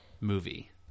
movie